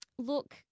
Look